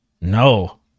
No